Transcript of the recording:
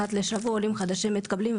אחת לשבוע עולים חדשים מתקבלים.